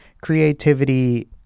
creativity